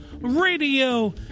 Radio